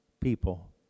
people